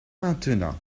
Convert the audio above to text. maintenant